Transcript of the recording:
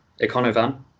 Econovan